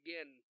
again